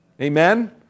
Amen